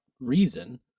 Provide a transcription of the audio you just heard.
reason